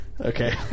Okay